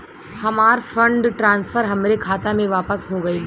हमार fund transfer हमरे खाता मे वापस हो गईल